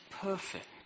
perfect